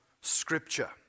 Scripture